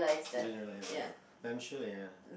generalize lah like I'm sure ya